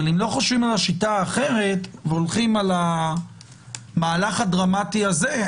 אבל אם לא חושבים על השיטה האחרת והולכים על המהלך הדרמטי הזה,